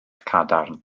cadarn